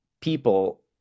people